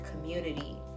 community